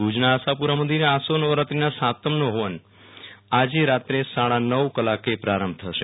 ભુજના આશાપુરા માંન્દોરે આસો નવરાત્રીના સાતમનો ફવાન આજે રાત્રે સદા નવ કલાકે પારંભ થશે